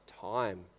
time